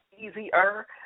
easier